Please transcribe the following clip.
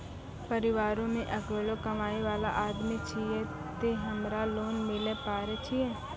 परिवारों मे अकेलो कमाई वाला आदमी छियै ते हमरा लोन मिले पारे छियै?